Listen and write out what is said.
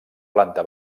planta